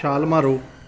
ਛਾਲ ਮਾਰੋ